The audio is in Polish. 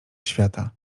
świata